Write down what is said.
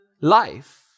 life